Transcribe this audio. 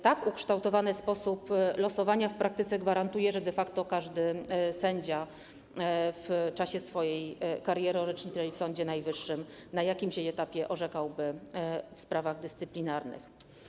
Tak ukształtowany sposób losowania w praktyce gwarantuje, że de facto każdy sędzia w czasie swojej kariery orzeczniczej w Sądzie Najwyższym na jakimś jej etapie orzekałby w sprawach dyscyplinarnych.